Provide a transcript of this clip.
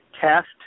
cast